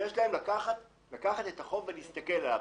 והם לוקחים את החוב ומסתכלים עליו.